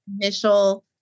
initial